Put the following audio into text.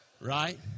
Right